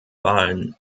wahlen